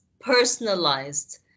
personalized